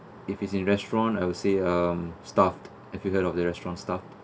if it's in restaurant I would say um staff I figured out of the restaurant staff